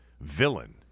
villain